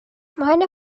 meine